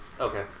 Okay